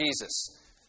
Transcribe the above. Jesus